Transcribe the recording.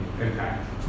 impact